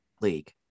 league